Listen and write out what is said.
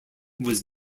was